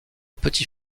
petit